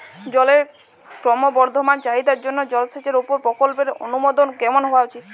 জলের ক্রমবর্ধমান চাহিদার জন্য জলসেচের উপর প্রকল্পের অনুমোদন কেমন হওয়া উচিৎ?